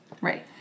Right